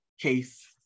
case